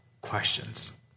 questions